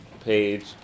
page